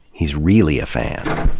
he's really a fan.